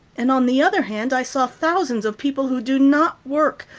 and, on the other hand, i saw thousands of people who do not work,